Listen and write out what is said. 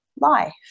life